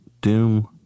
Doom